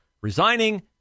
resigning